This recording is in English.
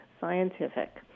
scientific